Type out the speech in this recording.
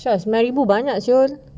sembilan ribu banyak [siol]